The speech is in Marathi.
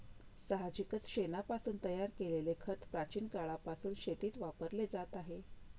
साहजिकच शेणापासून तयार केलेले खत प्राचीन काळापासून शेतीत वापरले जात आहे